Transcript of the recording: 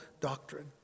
doctrine